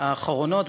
האחרונות,